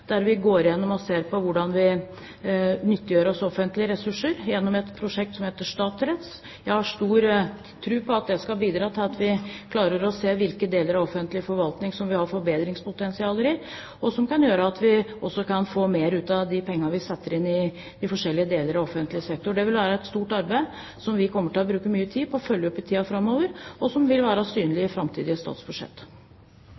der vi går gjennom og ser på hvordan vi nyttiggjør oss offentlige ressurser, gjennom et prosjekt som heter StatRes. Jeg har stor tro på at det skal bidra til at vi klarer å se hvilke deler av offentlig forvaltning som har forbedringspotensial, og som gjør at vi kan få mer ut av de pengene vi setter inn i de forskjellige delene av offentlig sektor. Det vil være et stort arbeid, som vi kommer til å bruke mye tid på å følge opp i tiden framover, og som vil være synlig